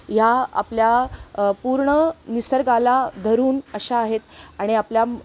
ह्या आपल्या पूर्ण निसर्गाला धरून अशा आहेत आणि आपल्या